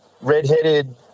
redheaded